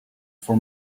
for